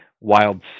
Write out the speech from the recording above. wild